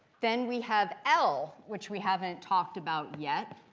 then we have l, which we haven't talked about yet.